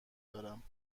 دارم